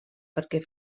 perquè